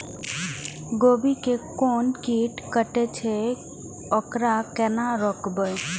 गोभी के कोन कीट कटे छे वकरा केना रोकबे?